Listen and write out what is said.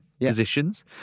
positions